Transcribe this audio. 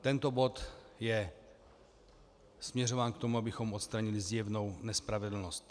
Tento bod je směřován k tomu, abychom odstranili zjevnou nespravedlnost.